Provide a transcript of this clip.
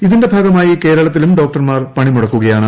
ഇതിന്റെ ഭാഗമായി കേരളത്തിലും ഡോക്ടർമാർ പണിമുടക്കുകയാണ്